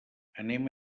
anem